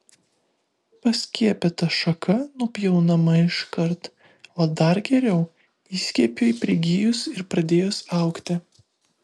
paskiepyta šaka nupjaunama iškart o dar geriau įskiepiui prigijus ir pradėjus augti